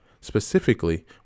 Specifically